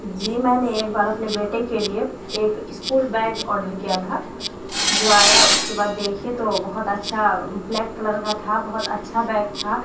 جی میں نے ایک بار اپنے بیٹے کے لیے ایک اسکول بیگ آرڈر کیا تھا جو آیا اس کے بعد دیکھے تو بہت اچھا بلیک کلر کا تھا بہت اچھا بیگ تھا